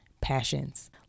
passions